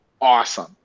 awesome